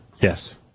Yes